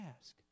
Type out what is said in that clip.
ask